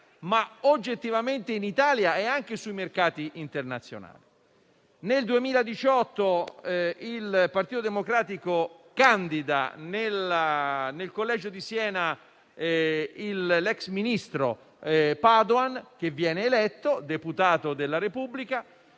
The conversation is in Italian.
ma oggettivamente anche in Italia e sui mercati internazionali. Nel 2018 il Partito Democratico candida nel collegio di Siena l'ex ministro Padoan, che viene eletto deputato della Repubblica.